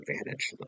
advantage